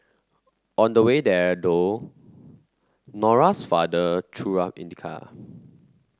on the way there though Nora's father threw up in the car